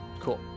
Cool